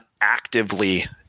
actively